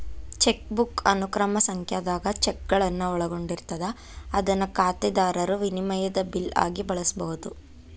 chequebook ಅನುಕ್ರಮ ಸಂಖ್ಯಾದಾಗ ಚೆಕ್ಗಳನ್ನ ಒಳಗೊಂಡಿರ್ತದ ಅದನ್ನ ಖಾತೆದಾರರು ವಿನಿಮಯದ ಬಿಲ್ ಆಗಿ ಬಳಸಬಹುದು